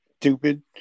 stupid